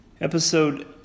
episode